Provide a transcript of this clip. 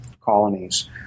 colonies